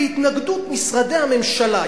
בהתנגדות משרדי הממשלה.